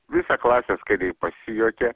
visa klasė skaniai pasijuokė